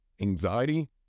anxiety